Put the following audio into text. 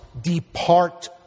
depart